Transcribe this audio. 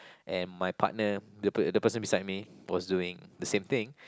and my partner the per~ the person beside me was doing the same thing